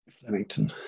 Flemington